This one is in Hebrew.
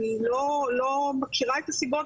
אני לא מכירה את הסיבות,